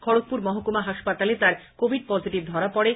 খড়গপুর মহকুমা হাসপাতালে তার কোভিড পজিটিভ ধরা পড়ে